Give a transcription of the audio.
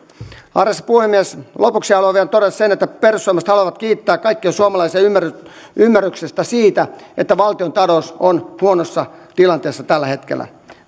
arvoisa puhemies lopuksi haluan vielä todeta sen että perussuomalaiset haluavat kiittää kaikkia suomalaisia ymmärryksestä ymmärryksestä siitä että valtiontalous on huonossa tilanteessa tällä hetkellä